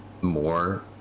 more